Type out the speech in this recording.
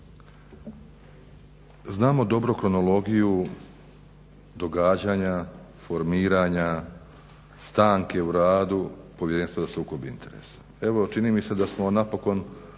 Znamo dobro kronologiju događanja, formiranja, stanke u radu Povjerenstva za sukob interesa.